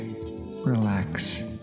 relax